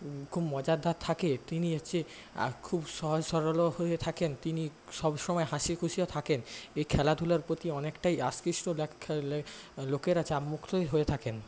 খুব মজাদার থাকে তিনি হচ্ছে আর খুব সহজ সরলও হয়ে থাকেন তিনি সবসময় হাসি খুশিও থাকেন এই খেলাধুলার প্রতি অনেকটাই লোকেরা চাপ মুক্তই হয়ে থাকেন